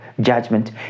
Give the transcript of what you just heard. Judgment